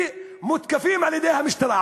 הם מותקפים על-ידי המשטרה,